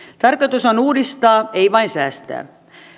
tarkoitus on uudistaa ei vain säästää